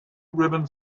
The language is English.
ribbon